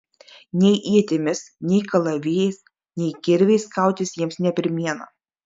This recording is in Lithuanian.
nei ietimis nei kalavijais nei kirviais kautis jiems ne pirmiena